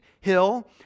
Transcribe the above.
hill